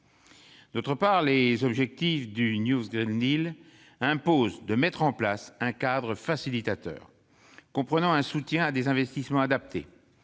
D'autre part, les objectifs du imposent de « mettre en place un cadre facilitateur » comprenant « un soutien et des investissements adaptés